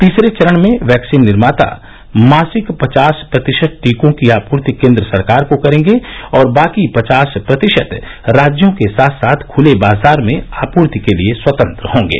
तीसरे चरण में वैक्सीन निर्माता मासिक पचास प्रतिशत टीकों की आपूर्ति केन्द्र सरकार को करेंगे और बाकी पचास प्रतिशत राज्यों के साथ साथ खुले बाजार में आपूर्ति के लिए स्वतंत्र होंगे